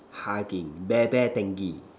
hugging bear bear dengue